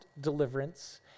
deliverance